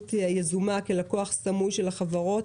פעילות יזומה כלקוח סמוי של החברות,